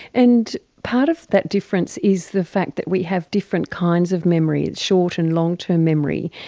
and part of that difference is the fact that we have different kinds of memories, short and long term memory.